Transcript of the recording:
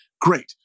great